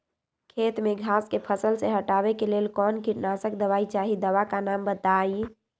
खेत में घास के फसल से हटावे के लेल कौन किटनाशक दवाई चाहि दवा का नाम बताआई?